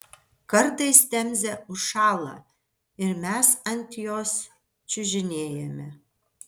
kartais temzė užšąla ir mes ant jos čiužinėjame